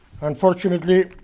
Unfortunately